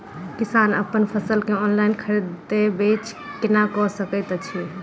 किसान अप्पन फसल केँ ऑनलाइन खरीदै बेच केना कऽ सकैत अछि?